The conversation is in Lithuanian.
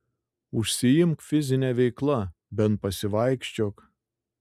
užsiimk fizine veikla bent pasivaikščiok